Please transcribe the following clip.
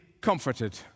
comforted